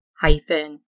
hyphen